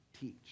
teach